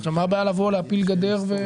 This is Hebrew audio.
מה הבעיה להפיל גדר?